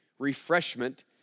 refreshment